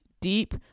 deep